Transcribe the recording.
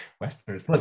Westerners